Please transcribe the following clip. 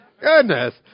Goodness